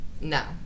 no